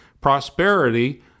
Prosperity